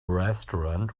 restaurant